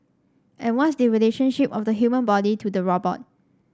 and what's the relationship of the human body to the robot